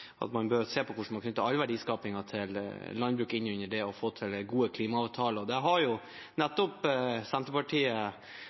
at man bør se på hvordan man knytter all verdiskaping i landbruket til det å få til gode klimaavtaler. Det har jo